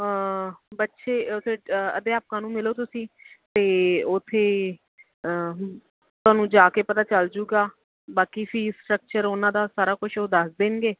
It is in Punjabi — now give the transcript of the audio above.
ਬੱਚੇ ਉਥੇ ਅਧਿਆਪਕਾਂ ਨੂੰ ਮਿਲੋ ਤੁਸੀਂ ਤੇ ਉੱਥੇ ਤੁਹਾਨੂੰ ਜਾ ਕੇ ਪਤਾ ਚੱਲ ਜੁਗਾ ਬਾਕੀ ਫੀਸ ਸਟਰਕਚਰ ਉਹਨਾਂ ਦਾ ਸਾਰਾ ਕੁਛ ਉਹ ਦੱਸ ਦੇਣਗੇ